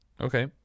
okay